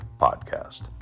Podcast